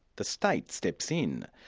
the state steps in.